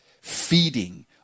feeding